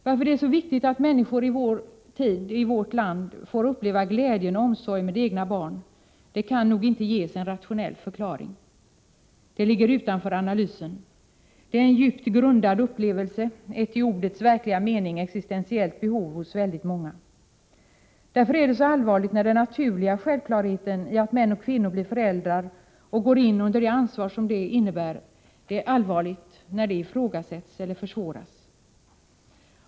Varför det är så viktigt att människor i vår tid, i vårt land, får uppleva glädjen och omsorgen med egna barn kan nog inte ges en rationell förklaring. Det ligger utanför analysen. Det är en djupt grundad upplevelse, ett i ordets verkliga mening existentiellt behov hos väldigt många. Därför är det så allvarligt när den naturliga självklarheten i att män och kvinnor blir föräldrar, och går in under det ansvar som det innebär, ifrågasätts eller försvåras.